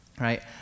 right